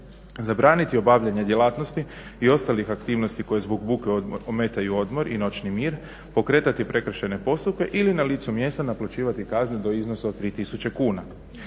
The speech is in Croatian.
zabraniti obavljanje djelatnosti i ostalih aktivnosti koje zbog buke ometaju odmor i noćni mir pokretati prekršajne postupke ili na licu mjesta naplaćivati kazne do iznosa od 3000 kuna.